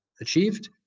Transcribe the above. achieved